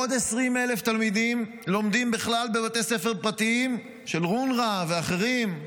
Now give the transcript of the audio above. עוד 20,000 תלמידים לומדים בכלל בבתי ספר פרטיים של אונר"א ואחרים.